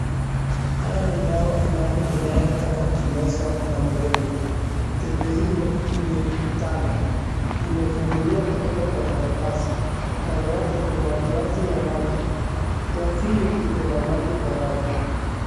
Haya ni dawa fulani inayotaka kumezwa na mgonjwa. Tembe hiyo ni tano. Imefunguliwa kutoka kwa karatasi. Kando yake kuna glasi ya maji. Glasi hiyo iko na maji tayari.